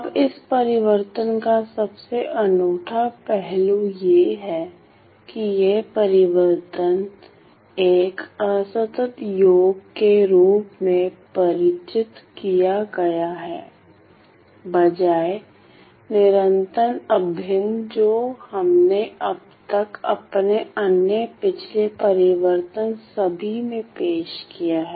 अब इस परिवर्तन का सबसे अनूठा पहलू यह है कि यह परिवर्तन एक असतत योग के रूप में परिचित किया गया है बजाय निरंतर अभिन्न जो हमने अब तक अपने अन्य पिछले परिवर्तन सभी में पेश किया है